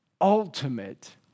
ultimate